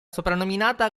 soprannominata